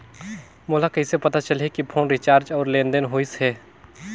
मोला कइसे पता चलही की फोन रिचार्ज और लेनदेन होइस हे?